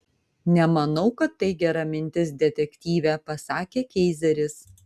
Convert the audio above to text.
nemanau kad tai gera mintis detektyve pasakė keizeris